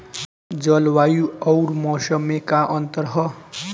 जलवायु अउर मौसम में का अंतर ह?